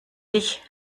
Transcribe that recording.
dich